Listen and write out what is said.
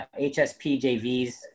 HSPJV's